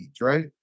right